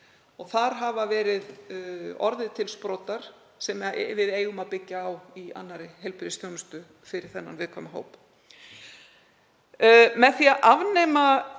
Þar hafa orðið til sprotar sem við eigum að byggja á í annarri heilbrigðisþjónustu fyrir þennan viðkvæma hóp.